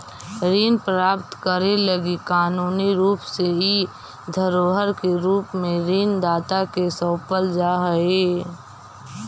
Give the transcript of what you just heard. ऋण प्राप्त करे लगी कानूनी रूप से इ धरोहर के रूप में ऋण दाता के सौंपल जा हई